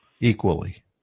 Equally